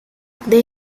they